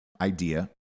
idea